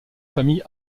famille